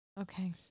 okay